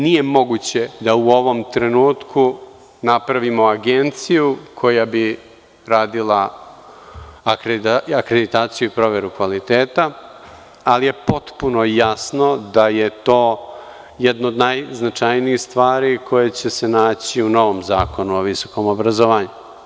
Nije moguće da u ovom trenutku napravimo agenciju koja bi radila akreditaciju i proveru kvaliteta, ali je potpuno jasno da je to jedno od najznačajnijih stvari koja će se naći u novom Zakonu o visokom obrazovanju.